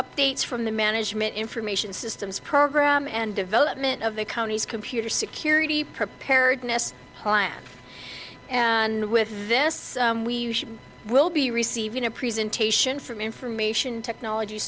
updates from the management information systems program and development of the county's computer security preparedness plan and with this we will be receiving a presentation from information technology